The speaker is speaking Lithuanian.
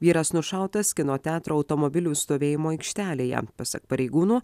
vyras nušautas kino teatro automobilių stovėjimo aikštelėje pasak pareigūnų